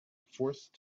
forced